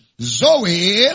Zoe